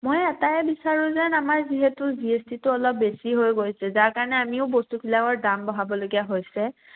মই এটাই বিচাৰোঁ যেন আমাৰ যিহেতু জি এছ টিটো অলপ বেছি হৈ গৈছে যাৰ কাৰণে আমিও বস্তুবিলাকৰ দাম বঢ়াবলগীয়া হৈছে